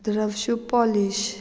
द्रफशू polish